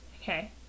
okay